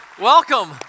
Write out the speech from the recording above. Welcome